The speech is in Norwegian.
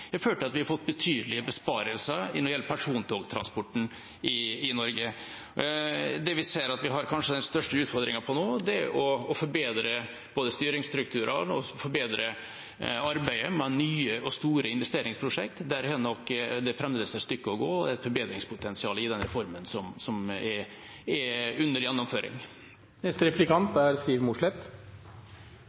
til at vi har fått betydelige besparelser når det gjelder persontogtransporten i Norge. Det vi ser at vi kanskje har den største utfordringen med nå, er å forbedre både styringsstrukturer og arbeidet med nye og store investeringsprosjekt. Der er det nok fremdeles et stykke å gå og et forbedringspotensial i den reformen som er under gjennomføring.